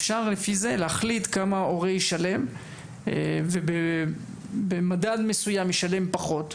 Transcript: אפשר לפי זה להחליט כמה הורה ישלם ובמדד מסוים ישלם פחות.